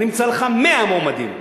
אני אמצא לך 100 מועמדים.